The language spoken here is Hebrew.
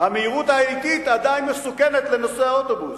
המהירות האטית עדיין מסוכנת לנוסעי האוטובוס.